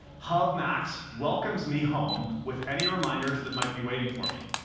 hub max welcomes me home with any reminders that might be waiting for me.